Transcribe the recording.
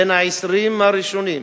בין 20 הראשונות.